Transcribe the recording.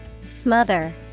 Smother